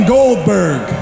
Goldberg